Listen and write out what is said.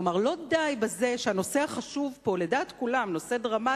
כלומר, לא די שהנושא החשוב, לדעת כולם נושא דרמטי,